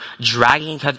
dragging